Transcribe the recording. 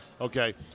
Okay